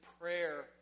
prayer